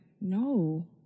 no